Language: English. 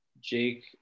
Jake